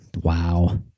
Wow